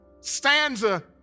stanza